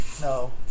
No